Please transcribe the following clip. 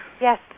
Yes